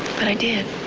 but i did.